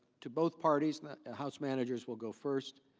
to both parties, and the and house managers will go first.